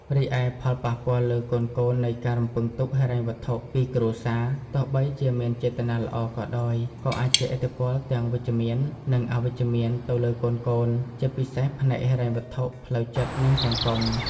រីឯ ផលប៉ះពាល់លើកូនៗនៃការរំពឹងទុកហិរញ្ញវត្ថុពីគ្រួសារ ទោះបីជាមានចេតនាល្អក៏ដោយ ក៏អាចជះឥទ្ធិពលទាំងវិជ្ជមាន និងអវិជ្ជមានទៅលើកូនៗ ជាពិសេសផ្នែកហិរញ្ញវត្ថុ ផ្លូវចិត្ត និងសង្គម។